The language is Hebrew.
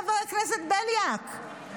חבר הכנסת בליאק,